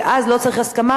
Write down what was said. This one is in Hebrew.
שאז לא צריך הסכמה,